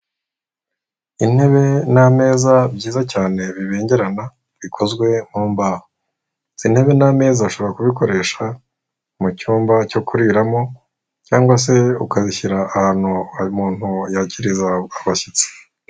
Intebe n'ameza byiza cyane bibengerana bikozwe mu mbahoho. Izi ntebe n'ameza ushobora kubikoresha mu cyumba cyo kuriramo cyangwa se ukabishyira ahantu umuntu yakiriza abashyitsi.